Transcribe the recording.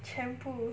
全部